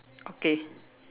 okay